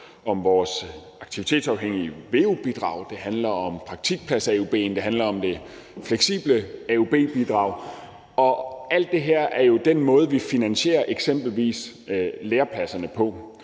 om vores aktivitetsafhængige veu-bidrag; det handler om praktikpladser; det handler om det fleksible AUB-bidrag. Og alt det her er jo den måde, vi finansierer eksempelvis lærepladserne på.